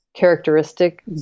characteristic